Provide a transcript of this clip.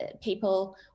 people